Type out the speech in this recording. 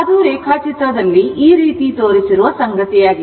ಅದು ರೇಖಾಚಿತ್ರದಲ್ಲಿಈ ರೀತಿ ತೋರಿಸಿರುವ ಸಂಗತಿಯಾಗಿದೆ